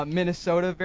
Minnesota